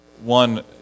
One